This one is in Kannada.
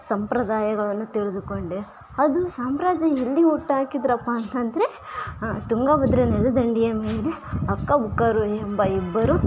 ಸಂಪ್ರದಾಯಗಳನ್ನು ತಿಳಿದುಕೊಂಡು ಅದು ಸಾಮ್ರಾಜ್ಯ ಎಲ್ಲಿ ಹುಟ್ಟಾಕಿದ್ರಪ್ಪ ಅಂತಂದರೆ ತುಂಗಾಭದ್ರ ನದಿ ದಂಡೆಯ ಮೇಲೆ ಹಕ್ಕ ಬುಕ್ಕರು ಎಂಬ ಇಬ್ಬರು